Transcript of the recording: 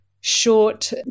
short